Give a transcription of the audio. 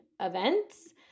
events